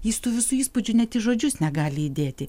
jis tų visų įspūdžių net į žodžius negali įdėti